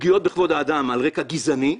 פגיעות בכבוד האדם על רקע גזעני.